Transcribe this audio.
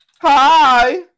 Hi